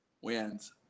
wins